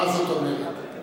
מה זאת אומרת?